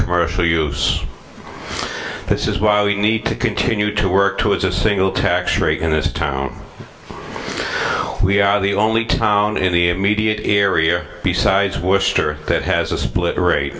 commercial use this is why we need to continue to work towards a single tax rate in this town we are the only town in the immediate area besides wister that has a split rate